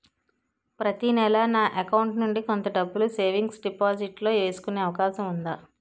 ప్రతి నెల నా అకౌంట్ నుండి కొంత డబ్బులు సేవింగ్స్ డెపోసిట్ లో వేసుకునే అవకాశం ఉందా?